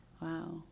Wow